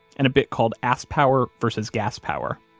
and a bit called asspower versus gaspower.